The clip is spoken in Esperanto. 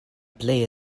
plej